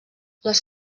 les